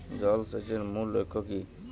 জল সেচের মূল লক্ষ্য কী?